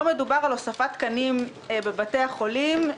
פה מדובר על הוספת תקנים בבתי החולים,